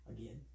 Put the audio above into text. Again